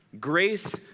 Grace